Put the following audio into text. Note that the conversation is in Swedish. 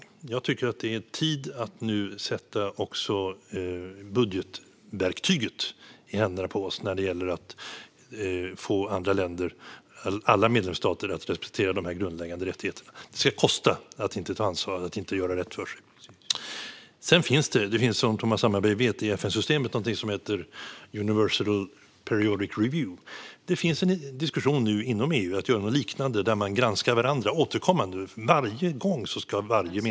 Jag tycker att det är tid att nu sätta också budgetverktyget i händerna på oss när det gäller att få alla medlemsstater att respektera de grundläggande rättigheterna. Det ska kosta att inte ta ansvar och att inte göra rätt för sig. Som Thomas Hammarberg vet finns det i FN-systemet någonting som heter universal periodic review. Det finns nu en diskussion inom EU om att göra något liknande, där man granskar varandra återkommande.